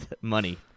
money